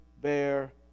bear